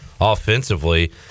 offensively